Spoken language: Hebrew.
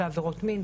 ועבירות מין.